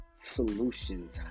solutions